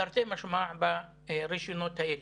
תרתי משמע, ברשימות האלה.